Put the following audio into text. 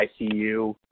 ICU